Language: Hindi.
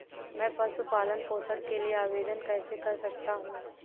मैं पशु पालन पोषण के लिए आवेदन कैसे कर सकता हूँ?